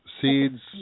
Seeds